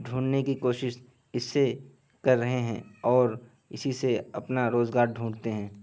ڈھونڈھنے کی کوشش اس سے کر رہے ہیں اور اسی سے اپنا روزگار ڈھونڈھتے ہیں